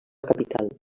capital